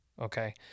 okay